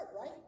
right